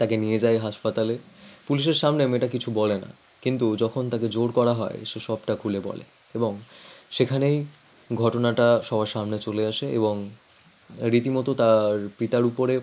তাকে নিয়ে যায় হাসপাতালে পুলিশের সামনে মেয়েটা কিছু বলে না কিন্তু যখন তাকে জোর করা হয় সে সবটা খুলে বলে এবং সেখানেই ঘটনাটা সবার সামনে চলে আসে এবং রীতিমতো তার পিতার উপরে